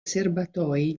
serbatoi